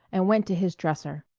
and went to his dresser.